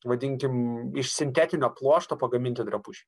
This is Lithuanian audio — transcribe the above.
vadinkim iš sintetinio pluošto pagaminti drabužiai